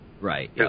Right